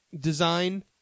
design